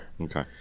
Okay